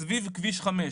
אז סביב כביש 5,